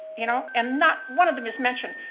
you know, and not one of them is mentioned,